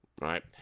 right